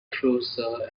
cruiser